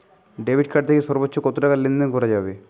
Debit card থেকে সর্বোচ্চ কত টাকা লেনদেন করা যাবে?